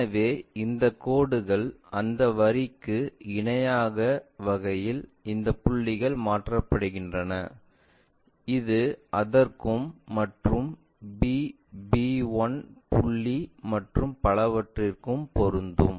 எனவே இந்த கோடுகள் அந்த வரிக்கு இணையாக வகையில் இந்த புள்ளிகள் மாற்றப்படுகின்றன இது அதற்கும் மற்றும் b b 1 புள்ளி மற்றும் பலவற்றுக்கும் பொருந்தும்